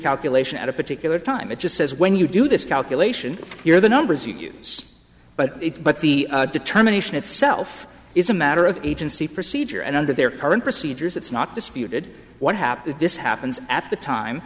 calculation at a particular time it just says when you do this calculation here are the numbers you use but it but the determination itself is a matter of agency procedure and under their current procedures it's not disputed what happened this happens at the time